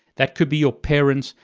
that could be your parents,